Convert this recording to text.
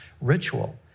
ritual